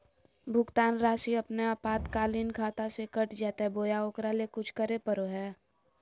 भुक्तान रासि अपने आपातकालीन खाता से कट जैतैय बोया ओकरा ले कुछ करे परो है?